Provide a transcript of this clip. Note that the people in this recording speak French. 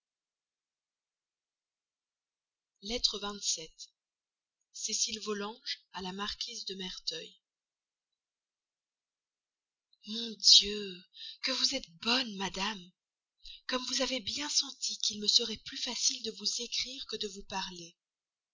cécile volanges à madame de merteuil mon dieu que vous êtes bonne madame comme vous avez bien senti qu'il me serait plus facile de vous écrire que de vous parler